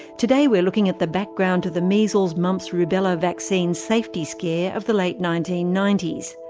today we're looking at the background to the measles, mumps, rubella vaccine safety scare of the late nineteen ninety s.